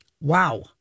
Wow